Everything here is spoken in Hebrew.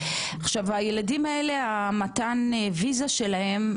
עכשיו הילדים האלה למתן הוויזה שלהם,